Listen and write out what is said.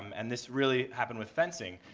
and this really happened with fencing.